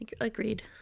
agreed